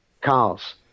cars